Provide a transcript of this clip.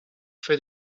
for